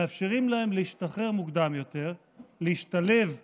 מאפשרים להם להשתחרר מוקדם יותר, להשתלב בחברה,